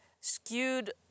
skewed